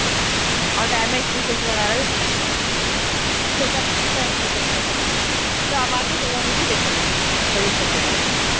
اور damage pieces وغیرہ بھی کچھ نہیں ہوتا اس میں اچھے سب اچھا پیسز سب ہے تو اب آ کے کبھی بھی پہ بھی لے سکتے ہیں